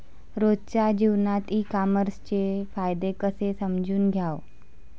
रोजच्या जीवनात ई कामर्सचे फायदे कसे समजून घ्याव?